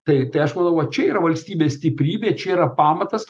tai tai aš manau čia yra valstybės stiprybė čia yra pamatas